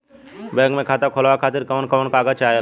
Bank मे खाता खोलवावे खातिर कवन कवन कागज चाहेला?